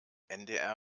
ndr